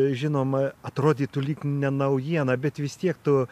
žinoma atrodytų lyg ne naujiena bet vis tiek tu